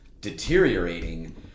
deteriorating